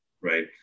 Right